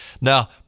Now